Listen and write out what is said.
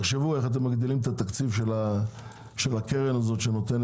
תחשבו איך אתם מגדילים את התקציב של הקרן שנותן